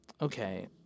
Okay